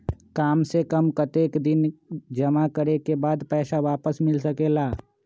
काम से कम कतेक दिन जमा करें के बाद पैसा वापस मिल सकेला?